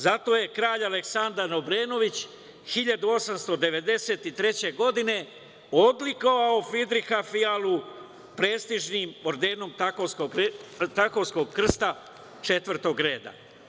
Zato je kralj Aleksandar Obrenović 1893. godine odlikovao Fidriha Fijalu prestižnim ordenom Takovskog krsta četvrtog reda.